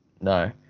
no